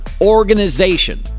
organization